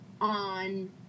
on